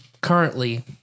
currently